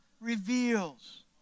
reveals